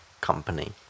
company